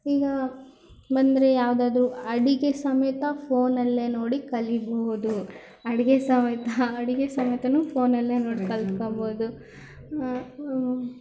ಈಗ ಬಂದರೆ ಯಾವುದಾದ್ರು ಅಡುಗೆ ಸಮೇತ ಫೋನಲ್ಲೆ ನೋಡಿ ಕಲೀಬಹುದು ಅಡುಗೆ ಸಮೇತ ಅಡುಗೆ ಸಮೇತನೂ ಫೋನಲ್ಲೆ ನೋಡಿ ಕಲ್ತ್ಕೊಬೋದು